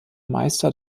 meister